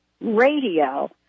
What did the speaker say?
radio